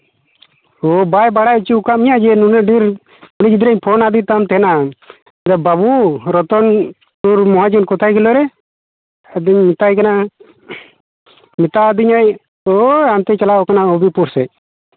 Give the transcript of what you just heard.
ᱦᱮᱸ ᱵᱟᱭ ᱵᱟᱲᱟᱭ ᱦᱚᱪᱚᱣ ᱠᱟᱜ ᱢᱮᱭᱟ ᱡᱮ ᱱᱩᱱᱟᱹᱜ ᱰᱷᱮᱨ ᱠᱟᱹᱢᱤ ᱜᱤᱫᱽᱨᱟᱹᱧ ᱯᱷᱳᱱᱟᱫᱮ ᱛᱟᱢ ᱛᱟᱦᱮᱱᱟ ᱵᱟᱹᱵᱩ ᱨᱚᱛᱚᱱ ᱛᱳᱨ ᱢᱚᱦᱟᱡᱚᱱ ᱠᱚᱛᱷᱟᱭ ᱜᱮᱞᱚ ᱨᱮ ᱟᱫᱚᱧ ᱢᱮᱛᱟᱭ ᱠᱟᱱᱟ ᱢᱮᱛᱟᱣ ᱫᱤᱧᱟᱭ ᱳᱭ ᱦᱟᱱᱛᱮᱭ ᱪᱟᱞᱟᱣ ᱠᱟᱱᱟ ᱦᱚᱵᱤᱵᱽᱯᱩᱨ ᱥᱮᱫ